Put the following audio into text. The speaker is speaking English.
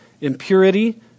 impurity